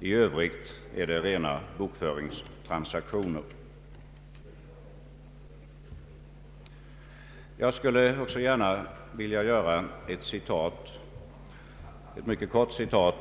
I övrigt är det fråga om rena bokföringstransaktioner. Jag skulle också gärna vilja anföra ett mycket kort citat